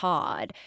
Todd